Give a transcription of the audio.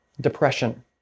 depression